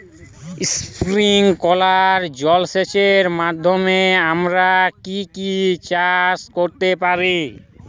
Sprinkler জলসেচের মাধ্যমে আমরা কি কি চাষ করতে পারি?